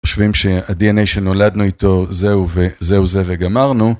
חושבים שה-DNA שנולדנו איתו זהו וזהו זה וגמרנו.